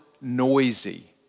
noisy